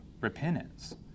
repentance